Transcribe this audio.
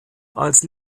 als